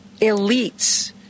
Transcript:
elites